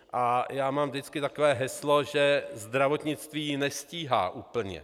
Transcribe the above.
A já mám vždycky takové heslo, že zdravotnictví nestíhá úplně.